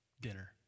dinner